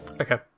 Okay